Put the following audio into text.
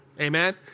amen